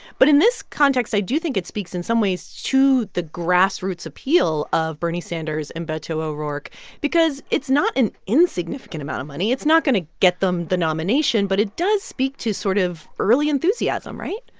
but in this context, i do think it speaks, in some ways, to the grassroots appeal of bernie sanders and beto o'rourke because it's not an insignificant amount of money. it's not going to get them the nomination. but it does speak to sort of early enthusiasm, right?